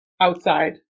outside